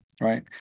right